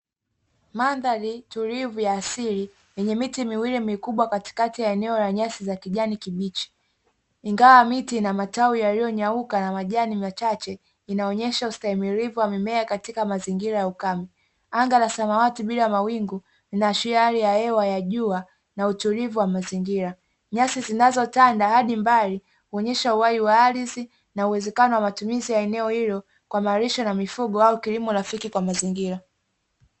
Mandhari tulivu ya asili yenye miti miwili mikubwa katikati ya eneo la nyasi za kijani kibichi. Ingawa miti ina matawi yaliyonyauka, yana majani machache, inaonyesha ustahimilivu wa mimea katika mazingira ya ukame. Anga la samawati bila mawingu linaashiria hali ya hewa ya jua na utulivu wa mazingira. Nyasi zinazotanda hadi kwa mbali huonyesha uhai wa ardhi na uwezekano wa matumizi ya eneo hilo kwa malisho ya mifugo au kilimo rafiki kwa mazingira.